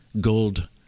gold